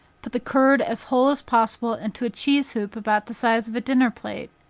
put the curd as whole as possible into a cheese-hoop about the size of a dinner plate,